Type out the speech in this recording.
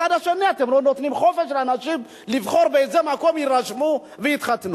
מצד שני אתם לא נותנים חופש לאנשים לבחור באיזה מקום יירשמו ויתחתנו.